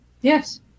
Yes